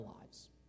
lives